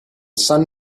sun